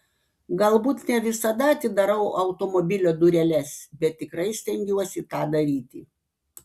galbūt ne visada atidarau automobilio dureles bet tikrai stengiuosi tą daryti